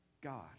God